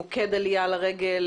מוקד עלייה לרגל,